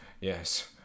Yes